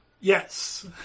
Yes